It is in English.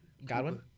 Godwin